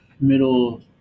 middle